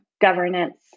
governance